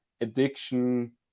addiction